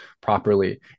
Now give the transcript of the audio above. properly